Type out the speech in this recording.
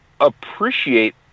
appreciate